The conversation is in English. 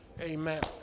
Amen